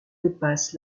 dépasse